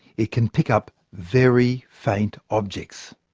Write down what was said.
it can pick up very faint objects.